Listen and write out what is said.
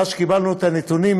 מאז קיבלנו את הנתונים,